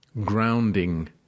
grounding